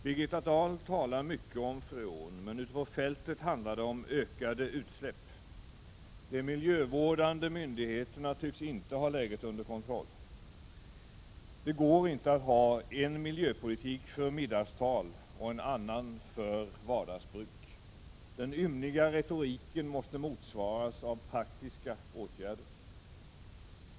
Birgitta Dahl talar mycket om freon, men ute på fältet handlar det om ökade utsläpp. De miljövårdande myndigheterna tycks inte ha läget under kontroll. Det går inte att ha en miljöpolitik för middagstal och en annan för vardagsbruk. Den ymniga retoriken måste motsvaras av praktiska åtgärder.